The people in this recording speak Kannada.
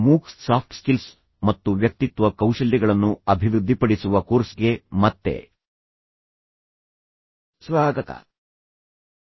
ಮೂಕ್ಸ್ ಸಾಫ್ಟ್ ಸ್ಕಿಲ್ಸ್ ಮತ್ತು ವ್ಯಕ್ತಿತ್ವ ಕೌಶಲ್ಯಗಳನ್ನು ಅಭಿವೃದ್ಧಿಪಡಿಸುವ ಕೋರ್ಸ್ಗೆ ಮತ್ತೆ ಸ್ವಾಗತ